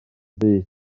byd